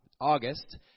August